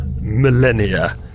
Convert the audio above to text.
millennia